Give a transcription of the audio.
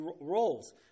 roles